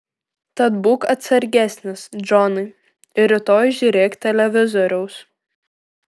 tad būk atsargesnis džonai ir rytoj žiūrėk televizoriaus